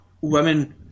women